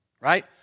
right